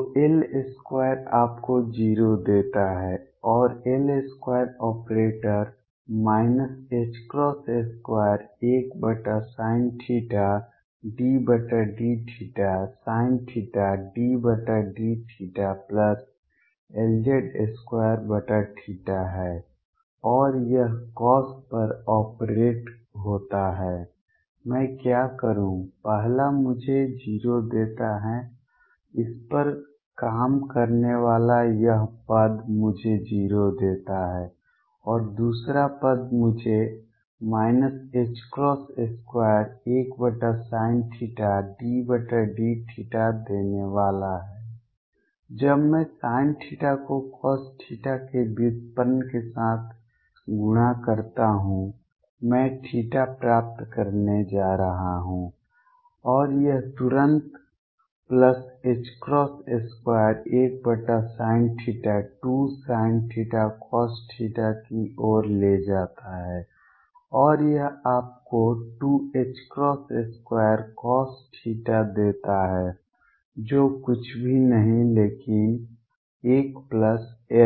तो L2 आपको 0 देता है और L2 ऑपरेटर ℏ21sinθ∂θsinθ∂θLz2 है और यह cos पर ऑपरेट होता है मैं क्या करूँ पहला मुझे 0 देता है इस पर काम करने वाला यह पद मुझे 0 देता है और दूसरा पद मुझे ℏ21sinθ∂θ देने वाला है जब मैं sinθ को cos θ के व्युत्पन्न के साथ गुणा करता हूं मैं प्राप्त करने जा रहा हूँ और यह तुरंत ℏ21sinθ2sinθcos θ की ओर ले जाता है और यह आपको 2ℏ2cos θ देता है जो कुछ भी नहीं लेकिन